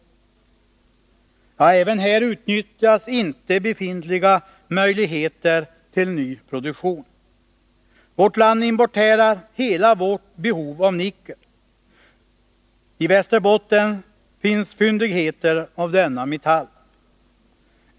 Inte heller här utvecklas befintliga möjligheter till ny produktion. Vårt land importerar hela vårt behov av nickel, trots att det i Västerbotten finns fyndigheter av denna metall.